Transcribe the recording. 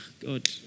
God